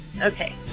Okay